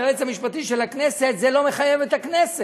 היועץ המשפטי של הכנסת: זה לא מחייב את הכנסת.